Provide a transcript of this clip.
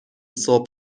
صبح